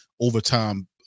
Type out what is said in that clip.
overtime